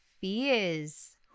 fears